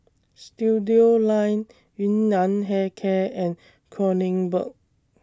Studioline Yun Nam Hair Care and Kronenbourg